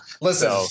listen